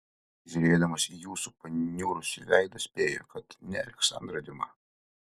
žiūrėdamas į jūsų paniurusį veidą spėju kad ne aleksandrą diuma